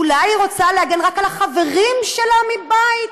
אולי היא רוצה להגן רק על החברים שלה מבית,